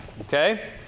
okay